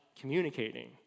communicating